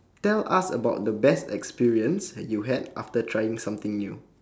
tell us about the best experience that you had after trying something new